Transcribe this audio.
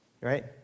Right